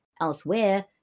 elsewhere